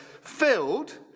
filled